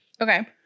Okay